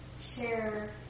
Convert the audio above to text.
share